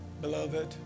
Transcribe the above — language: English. Beloved